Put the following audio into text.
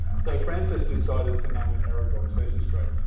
so frances decided to name it aragog. so this is great.